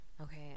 Okay